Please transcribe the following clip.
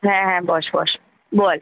হ্যাঁ হ্যাঁ বস বস বল